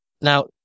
Now